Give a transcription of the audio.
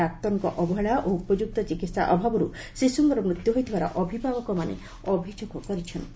ଡାକ୍ତରଙ୍କ ଅବହେଳା ଓ ଉପଯୁକ୍ତ ଚିକିହା ଅଭାବରୁ ଶିଶୁଙ୍କ ମୃତ୍ୟୁ ହୋଇଥିବାର ଅଭିଭାବକମାନେ ଅଭିଯୋଗ କରିଛନ୍ତି